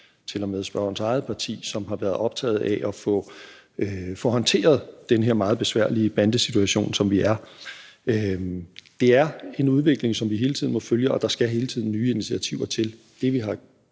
til og med spørgerens eget parti – som har været optaget af at få håndteret den her meget besværlige bandesituation, som der er. Det er en udvikling, som vi hele tiden må følge, og der skal hele tiden nye initiativer til. Det, at vi har taget